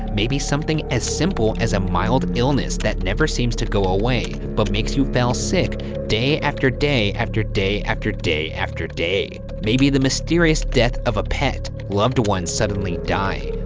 maybe something as simple as a mild illness that never seems to go away but makes you fell sick day after day after day after day after day. maybe the mysterious death of a pet. loved ones suddenly die.